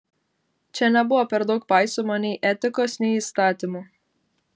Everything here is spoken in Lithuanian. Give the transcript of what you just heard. čia nebuvo per daug paisoma nei etikos nei įstatymų